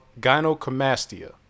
gynecomastia